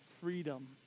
freedom